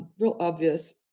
real obvious.